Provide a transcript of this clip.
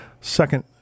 second